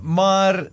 maar